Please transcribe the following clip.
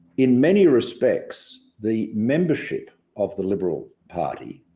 in many respects, the membership of the liberal party